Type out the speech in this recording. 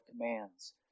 commands